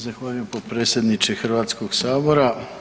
Zahvaljujem, potpredsjedniče Hrvatskog sabora.